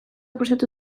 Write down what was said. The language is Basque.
prestatu